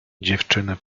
dziewczyny